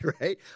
right